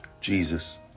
Jesus